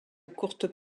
courtes